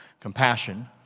compassion